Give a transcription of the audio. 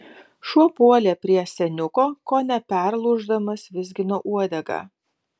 šuo puolė prie seniuko kone perlūždamas vizgino uodegą